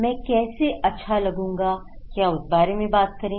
मैं कैसे अच्छा लगूंगा क्या उस बारे में बात करें